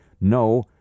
no